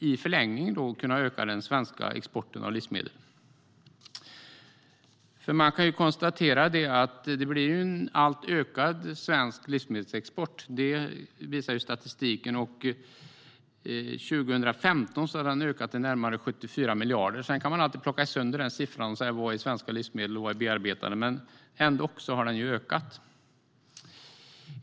I förlängningen kan man då öka den svenska exporten av livsmedel. Man kan konstatera att den svenska livsmedelsexporten ökar. Det visar statistiken. År 2015 hade den ökat till närmare 74 miljarder. Sedan kan man alltid plocka sönder den siffran och fråga vad som är svenska livsmedel, vad som är bearbetade livsmedel och så vidare, men likafullt har den ökat.